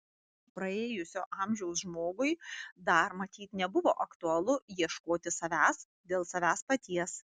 praėjusio amžiaus žmogui dar matyt nebuvo aktualu ieškoti savęs dėl savęs paties